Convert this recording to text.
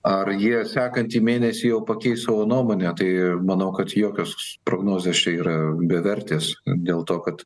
ar jie sekantį mėnesį jau pakeis savo nuomonę tai manau kad jokios prognozės čia yra bevertės dėl to kad